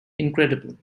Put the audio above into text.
incredible